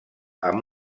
amb